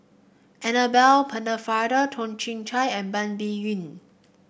Annabel Pennefather Toh Chin Chye and Ban Biyun